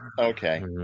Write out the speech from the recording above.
Okay